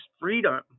freedom